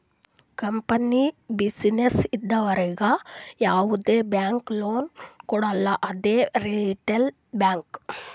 company, business ಇದ್ದವರಿಗ್ ಯಾವ್ದು bank loan ಕೊಡಲ್ಲ ಅದೇ ರಿಟೇಲ್ ಬ್ಯಾಂಕ್